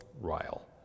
Ryle